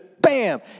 bam